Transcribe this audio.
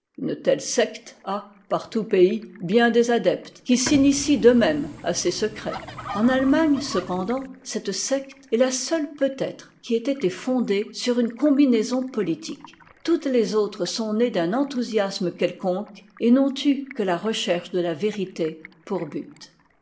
une telle secte a par tout pays bien des adeptes qui s'initient d'eux-mêmes à ses secrets en allemagne cependant cette secte est la seule peut-être qui ait été fondée sur une combinaison politique toutes les autres sont nées d'un enthousiasme quelconque et n'ont eu que la recherche de la vérité pour but